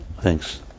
Thanks